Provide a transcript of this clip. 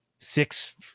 six